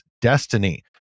destiny